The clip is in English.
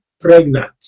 pregnant